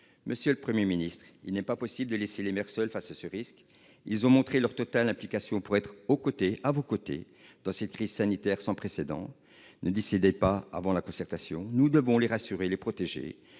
Monsieur le Premier ministre, il n'est pas possible de laisser les maires seuls face à ce risque. Ils ont montré leur totale implication pour être à vos côtés dans cette crise sanitaire sans précédent. Ne décidez pas avant la concertation. Nous devons les rassurer, les protéger.